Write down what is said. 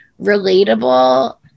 relatable